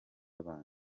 abanza